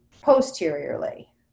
posteriorly